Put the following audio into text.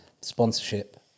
sponsorship